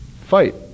Fight